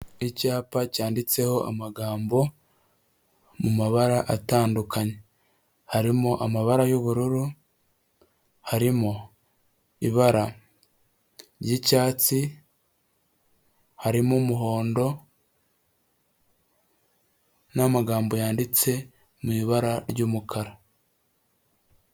Icyapa cyanditseho amagambo mumabara atandukanye. Harimo amabara y'ubururu, harimo ibara ry'icyatsi, harimo umuhondo n'amagambo yanditse mu ibara ry'umukara.